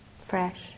fresh